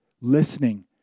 listening